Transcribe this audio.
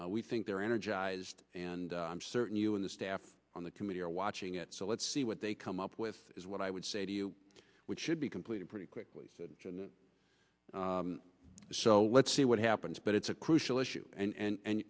branch we think they're energized and i'm certain you and the staff on the committee are watching it so let's see what they come up with is what i would say to you which should be completed pretty quickly so let's see what happens but it's a crucial issue and